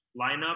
lineup